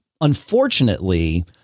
Unfortunately